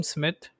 Smith